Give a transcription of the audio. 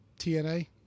TNA